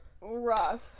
rough